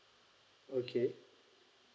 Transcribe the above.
okay